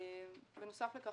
בנוסף לכך,